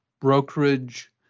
brokerage